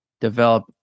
develop